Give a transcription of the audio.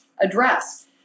address